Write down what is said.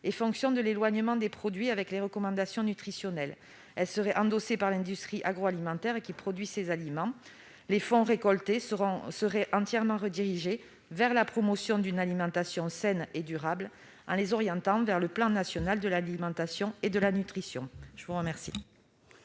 et fonction de l'éloignement des produits par rapport aux recommandations nutritionnelles ; elle serait endossée par l'industrie agroalimentaire qui produit ces aliments. Les fonds récoltés seraient entièrement consacrés à la promotion d'une alimentation saine et durable dans le cadre du programme national de l'alimentation et de la nutrition. Quel